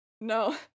no